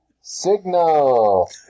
Signal